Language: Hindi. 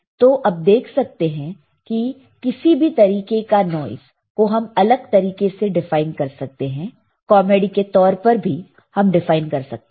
तो अब देख सकते हैं कि किसी भी तरीके का नॉइस को हम अलग तरीके से डिफाइन कर सकते हैं कॉमेडी के तौर पर भी हम डिफाइन कर सकते हैं